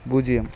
பூஜ்ஜியம்